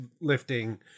lifting